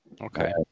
Okay